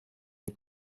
der